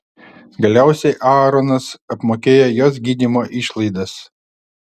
galiausiai aaronas apmokėjo jos gydymo išlaidas